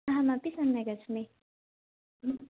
अहमपि सम्यगस्मि